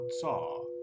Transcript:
saw